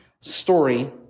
story